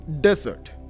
desert